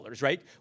right